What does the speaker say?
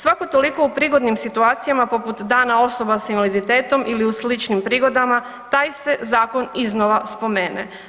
Svako toliko u prigodnim situacijama poput Dana osoba sa invaliditetom ili u sličnim prigodama, taj se zakon iznova spomene.